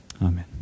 Amen